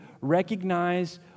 recognize